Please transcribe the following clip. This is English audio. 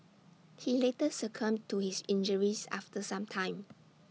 he later succumbed to his injuries after some time